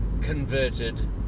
converted